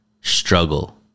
struggle